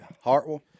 Hartwell